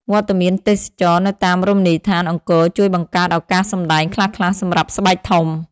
វត្តមានទេសចរណ៍ នៅតាមរមណីយដ្ឋានអង្គរជួយបង្កើតឱកាសសម្តែងខ្លះៗសម្រាប់ស្បែកធំ។